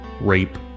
rape